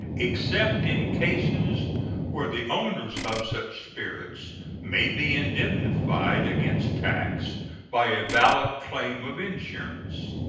except in cases where the owners of such spirits may be indemnified against tax by a valid claim of insurance.